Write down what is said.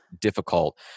difficult